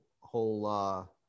whole